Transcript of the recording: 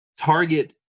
target